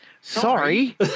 Sorry